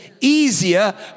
easier